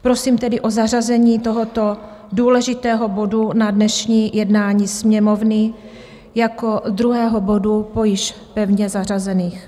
Prosím tedy o zařazení tohoto důležitého bodu na dnešní jednání Sněmovny jako druhého bodu po již pevně zařazených.